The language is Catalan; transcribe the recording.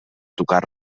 tocar